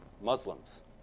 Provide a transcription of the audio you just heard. Muslims